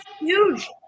huge